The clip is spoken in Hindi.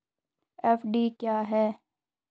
एफ.डी क्या है?